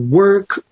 work